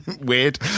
weird